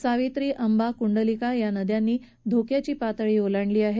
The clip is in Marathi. सावित्री अंबा कुंडलिका या नद्यांनी धोक्याची पातळी ओलांडली आहे